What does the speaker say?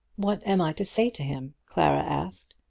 what am i to say to him? clara asked.